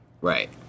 right